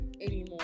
anymore